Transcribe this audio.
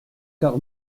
car